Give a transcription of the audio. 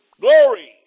Glory